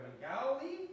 galilee